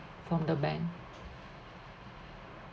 from the bank